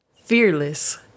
fearless